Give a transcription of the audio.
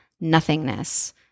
nothingness